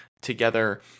together